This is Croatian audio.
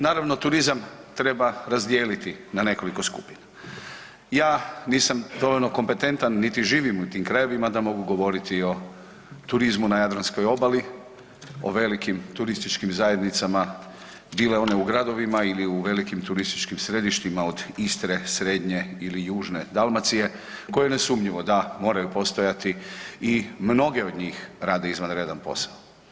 Naravno turizam treba razdijeliti na nekoliko skupina, ja nisam dovoljno kompetentan niti živim u tim krajevima da mogu govoriti o turizmu na Jadranskoj obali, o velikim TZ bile one u gradovima ili u velikim turističkim središtima od Istre, Srednje ili Južne Dalmacije koje nesumnjivo da moraju postojati i mnoge od njih rade izvanredan posao.